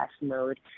mode